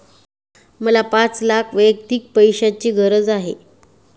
मला पाच लाख वैयक्तिक पैशाची गरज आहे